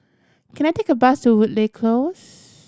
can I take a bus to Woodleigh Close